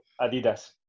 Adidas